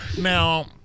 now